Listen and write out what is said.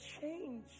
change